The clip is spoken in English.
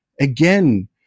again